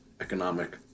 economic